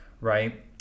right